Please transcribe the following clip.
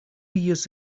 years